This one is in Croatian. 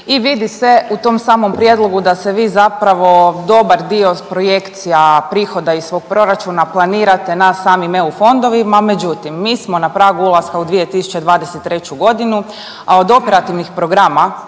i vidi se u tom samom Prijedlogu da se vi zapravo dobar dio projekcija prihoda iz svog proračuna planirate na samim EU fondovima, međutim, mi smo na pragu ulaska u 2023. g., a od operativnih programa